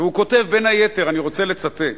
והוא כותב, בין היתר, אני רוצה לצטט,